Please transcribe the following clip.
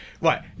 Right